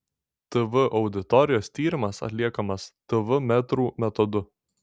tv auditorijos tyrimas atliekamas tv metrų metodu